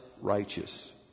righteous